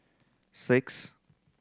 six